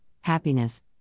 happiness